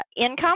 income